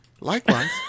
Likewise